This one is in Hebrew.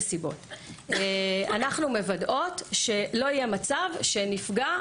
אנחנו מוודאות שלא יהיה מצב שנפגע